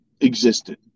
existed